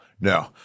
no